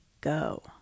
go